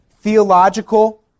theological